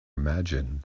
imagined